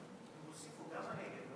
הוסיפו גם הנגב,